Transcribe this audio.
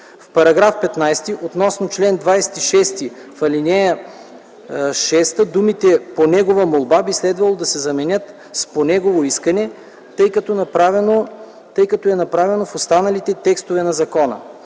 В § 15 относно чл. 26 в ал. 6 думите „по негова молба” би следвало да се заменят с „по негово искане”, така както е направено в останалите текстове на закона.